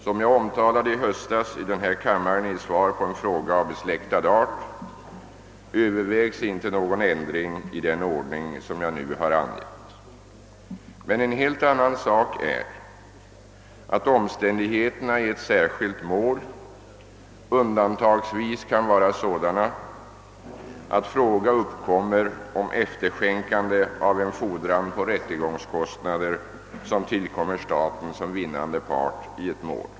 Som jag omtalade i höstas i den här kammaren i svar på en fråga av besläktad art övervägs inte någon ändring i den ordning som jag nu har angett. En helt annan sak är att omständig heterna i ett särskilt mål undantagsvis kan vara sådana, att fråga uppkommer om efterskänkande av en fordran på rättegångskostnader som = tillkommer staten som vinnande part i ett mål.